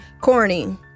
corny